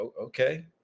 Okay